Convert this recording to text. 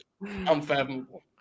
unfathomable